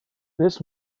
this